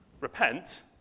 Repent